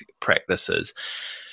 practices